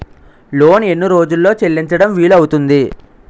Loan ఎన్ని రోజుల్లో చెల్లించడం వీలు అవుతుంది?